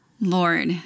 Lord